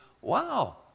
Wow